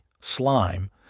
slime